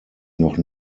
noch